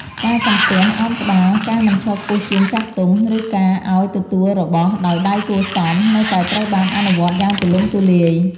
ការ សំពះ ឱនក្បាល ការមិនឈរខ្ពស់ជាងចាស់ទុំ ឬការឲ្យទទួលរបស់ដោយដៃគួរសម នៅតែត្រូវបានអនុវត្តយ៉ាងទូលំទូលាយ។